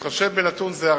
בהתחשב בנתון זה,